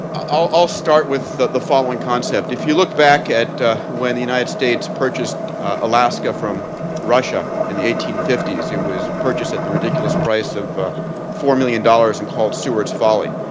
i'll start with the the following concept. if you look back at when the united states purchased alaska from russia, in the eighteen fifty s, it was purchased at the ridiculous price of four million dollars and called seward's folly.